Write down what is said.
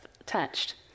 attached